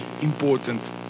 important